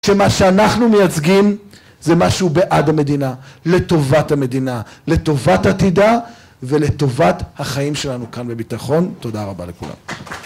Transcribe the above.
שמה שאנחנו מייצגים זה משהו בעד המדינה, לטובת המדינה, לטובת עתידה ולטובת החיים שלנו כאן בביטחון. תודה רבה לכולם.